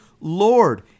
Lord